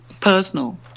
personal